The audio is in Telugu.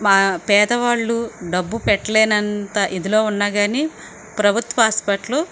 మా పేదవాళ్ళు డబ్బు పెట్టలేనంత ఇదిలో ఉన్నా కానీ ప్రభుత్వ హాస్పిటలు